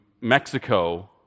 Mexico